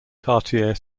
cartier